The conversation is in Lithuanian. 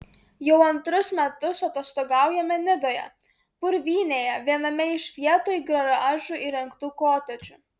jau antrus metus atostogaujame nidoje purvynėje viename iš vietoj garažų įrengtų kotedžų